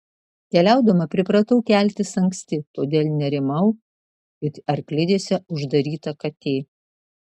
keliaudama pripratau keltis anksti todėl nerimau it arklidėse uždaryta katė